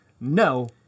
No